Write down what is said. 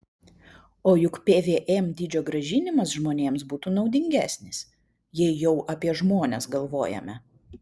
o juk pvm dydžio grąžinimas žmonėms būtų naudingesnis jei jau apie žmones galvojame